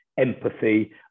empathy